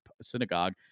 synagogue